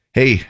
Hey